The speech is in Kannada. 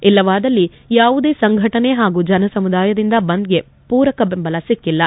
ಇಲ್ಲವಾದಲ್ಲಿ ಯಾವುದೇ ಸಂಘಟನೆ ಹಾಗೂ ಜನಸಮುದಾಯದಿಂದ ಬಂದ್ಗೆ ಪೂರಕ ಬೆಂಬಲ ಸಿಕ್ಲೆಲ್ಲ